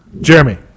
Jeremy